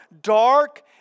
dark